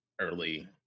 early